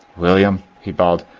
william, he bawled,